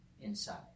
Inside